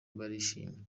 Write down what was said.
barishimye